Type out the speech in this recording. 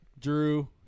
Drew